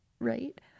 right